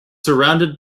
surrounded